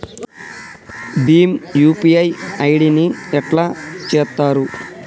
Bhim UPI ID ని ఎట్లా చేత్తరు?